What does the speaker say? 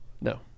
No